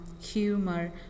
humor